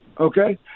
Okay